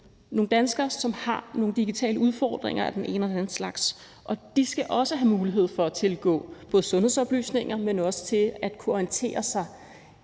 nogle danskere, som har nogle digitale udfordringer af den ene og den anden slags. De skal også have mulighed for både at kunne tilgå sundhedsoplysninger, men også at kunne orientere sig